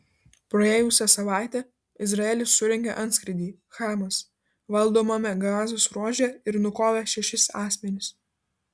praėjusią savaitę izraelis surengė antskrydį hamas valdomame gazos ruože ir nukovė šešis asmenis